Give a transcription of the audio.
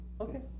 Okay